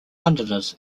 londoners